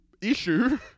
issue